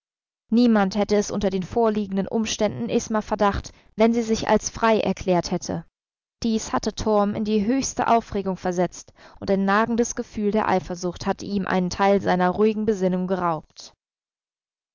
niemand hätte es unter den vorliegenden umständen isma verdacht wenn sie sich als frei erklärt hätte dies hatte torm in die höchste aufregung versetzt und ein nagendes gefühl der eifersucht hatte ihm einen teil seiner ruhigen besinnung geraubt